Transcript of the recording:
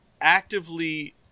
actively